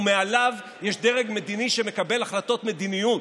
ומעליו יש דרג מדיני שמקבל החלטות מדיניות.